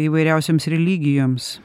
įvairiausioms religijoms